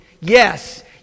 Yes